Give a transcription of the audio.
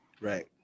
Right